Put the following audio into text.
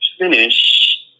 finish